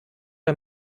der